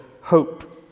hope